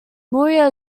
miura